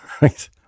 right